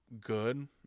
good